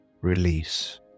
release